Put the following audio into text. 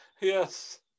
yes